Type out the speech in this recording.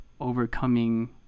overcoming